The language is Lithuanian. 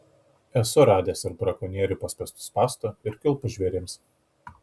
esu radęs ir brakonierių paspęstų spąstų ir kilpų žvėrims